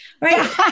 Right